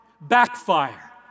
backfire